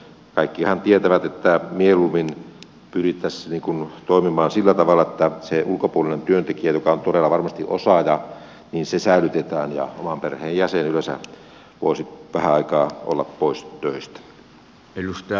kaikkihan tietävät että mieluummin pyrittäisiin toimimaan sillä tavalla että se ulkopuolinen työntekijä joka on todella varmasti osaaja säilytetään ja oman perheen jäsen yleensä voisi vähän aikaa olla pois töistä